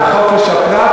על חופש הפרט,